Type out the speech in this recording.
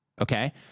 Okay